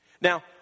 Now